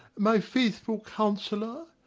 my faithful counsellor,